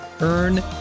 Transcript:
Earn